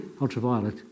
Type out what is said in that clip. ultraviolet